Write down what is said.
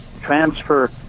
transfer